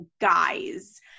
guys